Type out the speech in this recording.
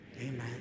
Amen